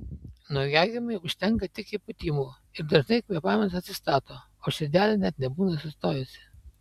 naujagimiui užtenka tik įpūtimų ir dažnai kvėpavimas atsistato o širdelė net nebūna sustojusi